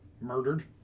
murdered